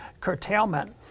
curtailment